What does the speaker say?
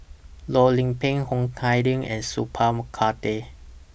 Loh Lik Peng Ho Kah Leong and Sat Pal Khattar